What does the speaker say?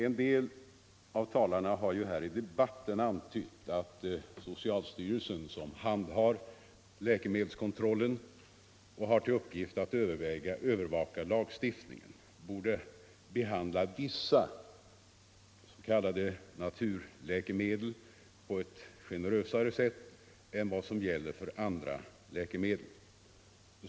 En del av talarna har i debatten antytt att socialstyrelsen, som handhar läkemedelskontrollen och har till uppgift att övervaka lagstiftningen, borde behandla vissa s.k. naturläkemedel på ett generösare sätt än vad som gäller för andra läkemedel.